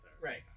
Right